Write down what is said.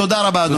תודה רבה, אדוני.